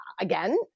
again